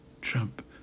Trump